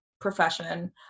profession